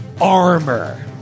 armor